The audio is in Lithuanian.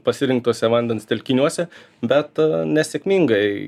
pasirinktuose vandens telkiniuose bet nesėkmingai